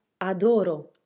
Adoro